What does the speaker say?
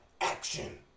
action